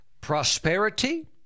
prosperity